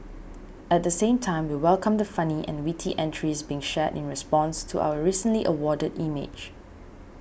at the same time we welcome the funny and witty entries being shared in response to our recently awarded image